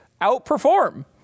outperform